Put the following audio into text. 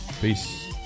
Peace